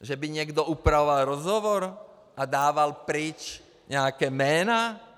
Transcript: Že by někdo upravoval rozhovor a dával pryč nějaká jména?